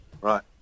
Right